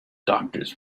doctors